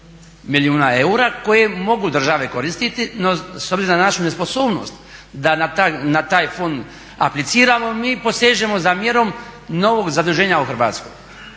milijuna eura koje mogu države koristiti. No, s obzirom na našu nesposobnost da na taj fond apliciramo mi posežemo za mjerom novog zaduženja u Hrvatskoj,